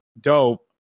dope